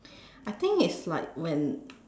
I think it's like when